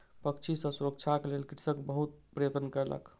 पक्षी सॅ सुरक्षाक लेल कृषक बहुत प्रयत्न कयलक